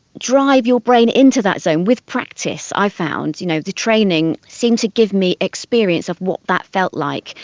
drive your brain into that zone with practice, i've found. you know the training seems to give me experience of what that felt like,